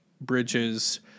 bridges